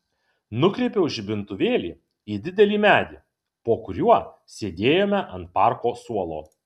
nukreipiau žibintuvėlį į didelį medį po kuriuo sėdėjome ant parko suolo